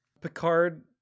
picard